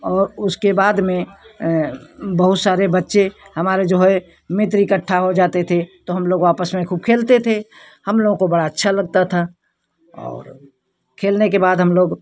और उसके बाद में बहुत सारे बच्चे हमारे जो है मित्र इकट्ठा हो जाते थे तो हम लोग आपस में खूब खेलते थे हम लोग को बड़ा अच्छा लगता था और खेलने के बाद हम लोग